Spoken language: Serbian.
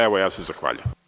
Evo, ja se zahvaljujem.